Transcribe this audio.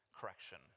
correction